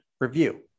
review